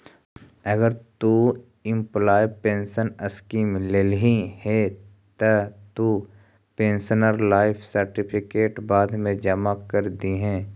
अगर तु employee pension scheme लेल्ही हे त तु पेंशनर लाइफ सर्टिफिकेट बाद मे जमा कर दिहें